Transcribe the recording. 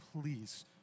Please